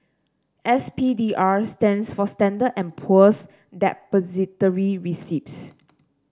S P D R stands for Standard and Poor's Depository Receipts